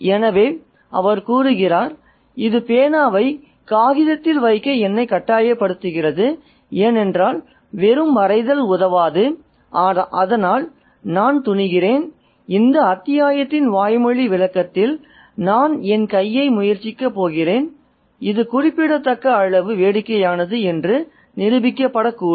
எனவே அவர் கூறுகிறார் இது பேனாவை காகிதத்தில் வைக்க என்னை கட்டாயப்படுத்துகிறது ஏனென்றால் வெறும் வரைதல் உதவாது அதனால் நான் துணிகிறேன் இந்த அத்தியாயத்தின் வாய்மொழி விளக்கத்தில் நான் என் கையை முயற்சிக்கப் போகிறேன் இது குறிப்பிடத்தக்க அளவுக்கு வேடிக்கையானது என்று நிரூபிக்கக்கூடும்